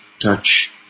touch